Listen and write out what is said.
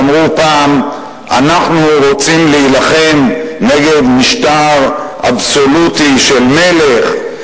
שאמרו פעם: אנחנו רוצים להילחם נגד משטר אבסולוטי של מלך,